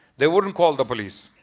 they wouldn't call the police.